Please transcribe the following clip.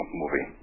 movie